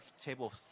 table